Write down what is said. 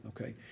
Okay